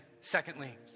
secondly